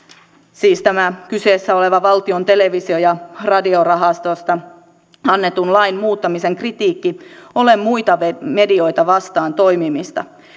siis tämä kyseessä oleva valtion televisio ja radiorahastosta annetun lain muuttamisen kritiikki ole muita medioita vastaan toimimista